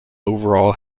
overall